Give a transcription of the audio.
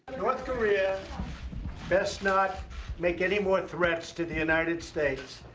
north korea best not make any more threats to the united states.